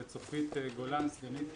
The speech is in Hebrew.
לצופית גולן סגנית